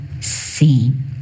seen